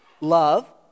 Love